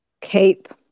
Keep